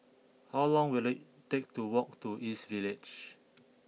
how long will it take to walk to East Village